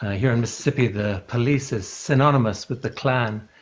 ah here in mississippi, the police is synonymous with the klan,